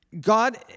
God